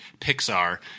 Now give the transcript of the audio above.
Pixar